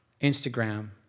Instagram